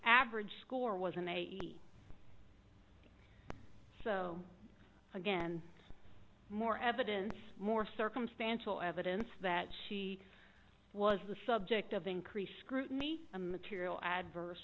average score was an eighty so again more evidence more circumstantial evidence that she was the subject of increased scrutiny and material adverse